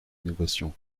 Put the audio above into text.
innovations